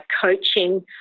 coaching